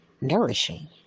nourishing